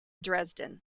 dresden